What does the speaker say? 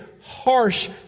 harsh